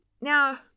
Now